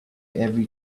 every